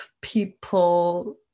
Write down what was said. people